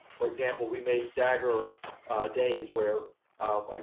for example we may stagger days where um like